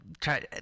try